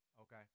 Okay